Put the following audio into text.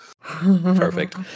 Perfect